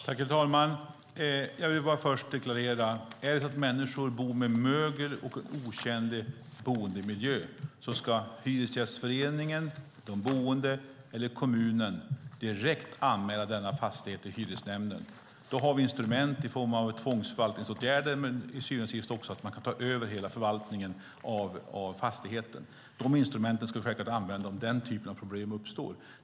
Herr talman! Jag vill först deklarera att om människor bor med mögel och otjänlig boendemiljö ska Hyresgästföreningen, de boende eller kommunen direkt anmäla denna fastighet till hyresnämnden. Det finns instrument i form av tvångsförvaltningsåtgärder, och man kan också ta över hela förvaltningen av fastigheten. De instrumenten ska vi självklart använda om den typen av problem uppstår.